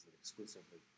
exclusively